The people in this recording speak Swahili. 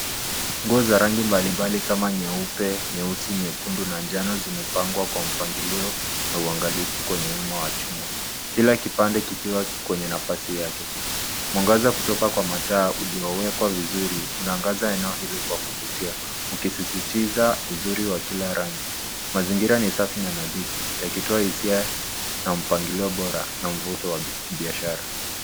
Nguo za rangi mbalimbali kama nyeupe, nyeusi, nyekundu na jano zimepangwa kwa mpangilio ya uangalifu kwenye wema wa chuma. Kila kipande kikiwa kwenye nafasi yake. Mwangaza kutoka kwa mataa uliyowekwa vizuri unaangaza eneo hili kwa kuvutia, ukisisitiza uzuri wa kila rangi. Mazingira ni safi na nadhifu, yakitoa hisia na mpangilio bora na mvuto wa kibiashara.